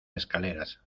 escaleras